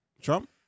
Trump